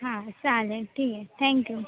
हां चालेल ठीक आहे थँक्यू